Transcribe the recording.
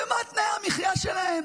מה תנאי המחיה שלהם?